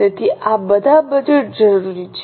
તેથી આ બધા બજેટ જરૂરી છે